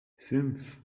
fünf